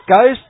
Goes